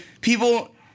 People